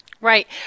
Right